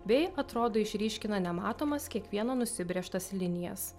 bei atrodo išryškina nematomas kiekvieno nusibrėžtas linijas